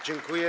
Dziękuję.